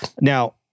Now